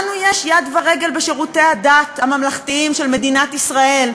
לנו יש יד ורגל בשירותי הדת הממלכתיים של מדינת ישראל,